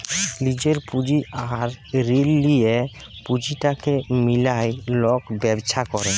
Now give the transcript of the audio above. লিজের পুঁজি আর ঋল লিঁয়ে পুঁজিটাকে মিলায় লক ব্যবছা ক্যরে